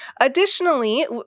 Additionally